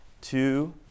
two